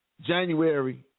January